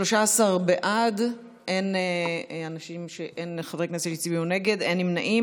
13 בעד, אין חברי כנסת שהצביעו נגד, אין נמנעים.